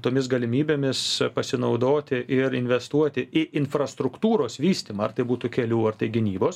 tomis galimybėmis pasinaudoti ir investuoti į infrastruktūros vystymą ar tai būtų kelių ar tai gynybos